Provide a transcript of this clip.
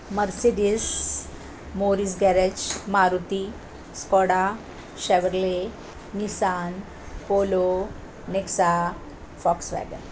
Mercedes Morris garage Maruti Skoda Chevrolet Nissan Polo ेक्सा Volkswagen